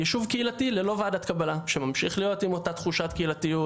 ישוב קהילתי ללא ועדת קבלה שממשיך להיות עם אותה תחושת קהילתיות,